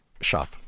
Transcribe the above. shop